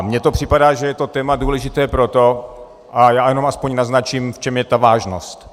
Mně připadá, že to je téma důležité proto, a já jenom aspoň naznačím, v čem je ta vážnost.